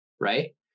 right